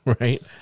right